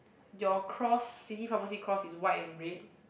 your cross city pharmacy cross is white and red